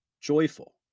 joyful